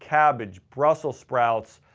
cabbage, brussels sprouts,